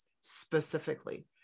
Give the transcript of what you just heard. specifically